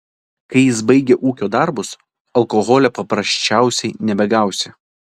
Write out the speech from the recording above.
kai jis baigia ūkio darbus alkoholio paprasčiausiai nebegausi